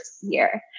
year